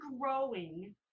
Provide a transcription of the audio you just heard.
growing